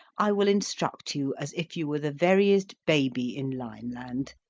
i will instruct you as if you were the veriest baby in lineland.